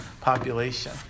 population